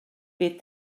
bydd